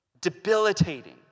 debilitating